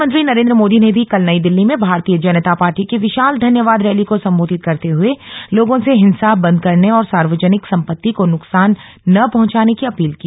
प्रधानमंत्री नरेन्द्र मोदी ने भी कल नई दिल्ली में भारतीय जनता पार्टी की विशाल धन्यवाद रैली को संबोधित करते हुए लोगों से हिंसा बंद करने और सार्वजनिक संपत्ति को नुकसान न पहुंचाने की अपील की